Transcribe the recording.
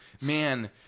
man